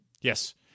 Yes